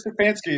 Stefanski